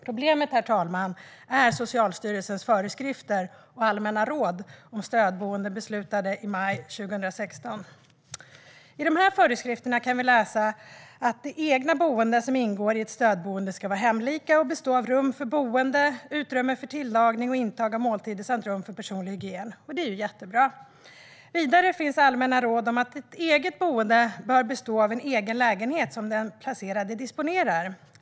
Problemet, herr talman, är Socialstyrelsens föreskrifter och allmänna råd om stödboende, beslutade i maj 2016. I de föreskrifterna kan vi läsa att de egna boenden som ingår i ett stödboende ska vara hemlika och bestå av rum för boende, utrymme för tillagning och intag av måltider samt rum för personlig hygien. Det är jättebra. Vidare finns det allmänna råd om att ett eget boende bör bestå av en egen lägenhet som den placerade disponerar.